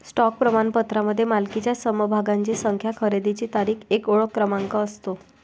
stock प्रमाणपत्रामध्ये मालकीच्या समभागांची संख्या, खरेदीची तारीख, एक ओळख क्रमांक असतो